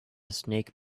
snake